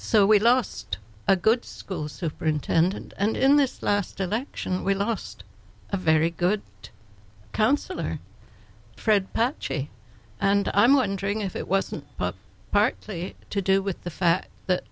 so we lost a good school superintendent and in this last election we lost a very good councillor fred patchy and i'm wondering if it wasn't part to do with the fact that